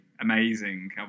amazing